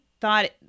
Thought